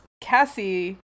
Cassie